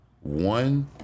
one